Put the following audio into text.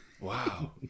wow